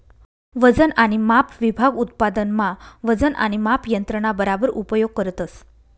वजन आणि माप विभाग उत्पादन मा वजन आणि माप यंत्रणा बराबर उपयोग करतस